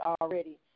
already